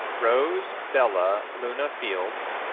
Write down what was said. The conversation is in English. rose bella luna fields,